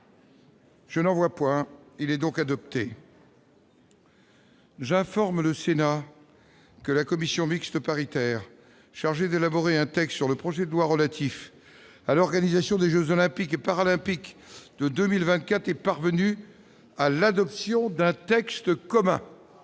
Le procès-verbal est adopté. J'informe le Sénat que la commission mixte paritaire chargée d'élaborer un texte sur le projet de loi relatif à l'organisation des Jeux Olympiques et Paralympiques de 2024 est parvenue à l'adoption d'un texte commun.